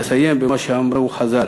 ואסיים במה שאמרו חז"ל.